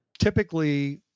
Typically